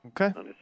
Okay